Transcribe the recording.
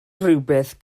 rhywbeth